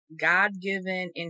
God-given